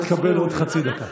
אתה תקבל עוד חצי דקה.